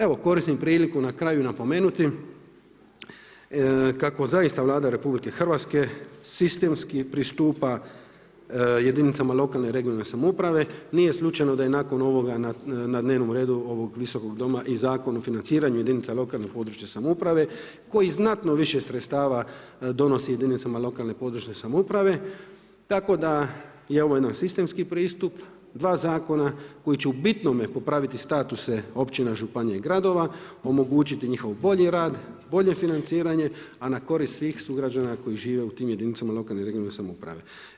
Evo koristim priliku na kraju napomenuti kako zaista Vlada RH sistemski pristupa jedinicama lokalne i regionalne samouprave, nije slučajno da je nakon ovoga na dnevnom redu ovog Visokog doma i Zakon o financiranju jedinica lokalne i područne samouprave koji znatno više sredstava donosi jedinicama lokalne i područne samouprave, tako da je ovo jedan sistemski pristup, dva zakona koji će u bitnome popraviti statuse općina, županija i gradova, omogućiti njihov bolji rad, bolje financiranje, a na korist svih sugrađana koji žive u tim jedinicama lokalne i regionalne samouprave.